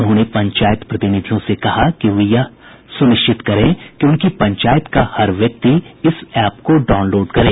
उन्होंने पंचायत प्रतिनिधियों से कहा कि वे यह सुनिश्चित करें कि उनकी पंचायत का हर व्यक्ति इस ऐप को डाउनलोड करे